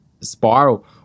spiral